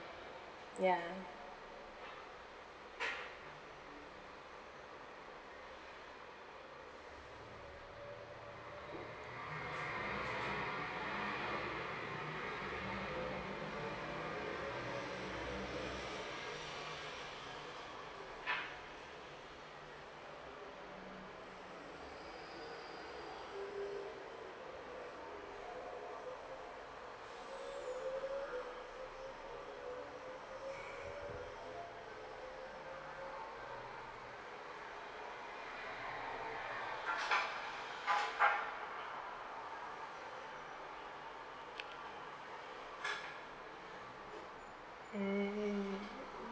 ya mmhmm